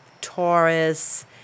Taurus